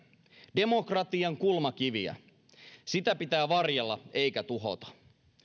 demokratian kulmakiviä sitä pitää varjella eikä tuhota